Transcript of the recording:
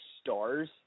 stars